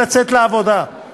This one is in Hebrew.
ומדובר על חשודים,